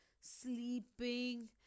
sleeping